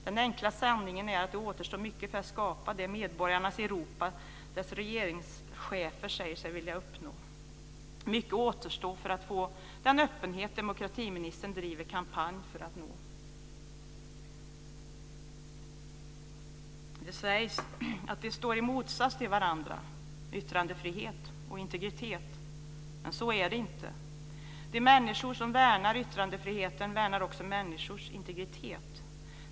Den enkla sanningen är att det återstår mycket för att skapa det medborgarnas Europa dess regeringschefer säger sig vilja uppnå. Mycket återstår för att få den öppenhet som demokratiministern driver kampanj för att nå. Det sägs att de står i motsats till varandra, yttrandefrihet och integritet. Men så är det inte. De människor som värnar yttrandefriheten värnar också människors integritet.